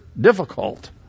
difficult